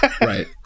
Right